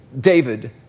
David